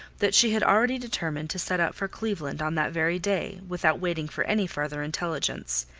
that she had already determined to set out for cleveland on that very day, without waiting for any further intelligence,